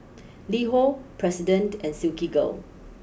LiHo President and Silkygirl